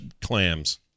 clams